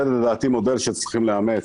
זה לדעתי מודל שצריכים לאמץ,